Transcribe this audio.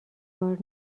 کار